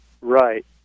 Right